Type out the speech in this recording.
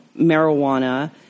marijuana